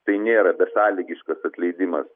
tai nėra besąlygiškas atleidimas